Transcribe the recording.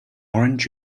orange